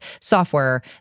software